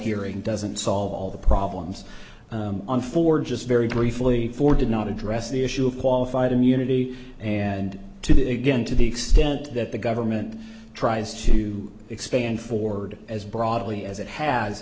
hearing doesn't solve all the problems for just very briefly for did not address the issue of qualified immunity and to begin to the extent that the government tries to expand forward as broadly as it has